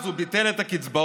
אז הוא ביטל את הקצבאות